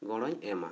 ᱜᱚᱲᱚᱧ ᱮᱢᱟ